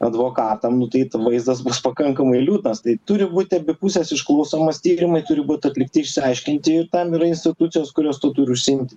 advokatam nu tai vaizdas bus pakankamai lūdnas tai turi būti abi pusės išklausomos tyrimai turi būt atlikti išsiaiškinti ir tam yra institucijos kurios tuo turi užsiimti